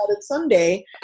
Sunday